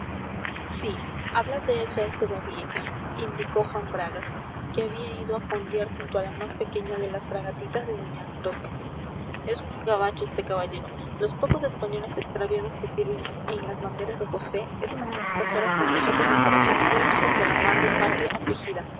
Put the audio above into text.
sí hablad de eso a este babieca indicó juan bragas que había ido a fondear junto a la más pequeña de las fragatitas de doña ambrosia es muy gabacho este caballero los pocos españoles extraviados que sirven en las banderas de josé están a estas horas con los ojos y el corazón vueltos hacia la madre patria afligida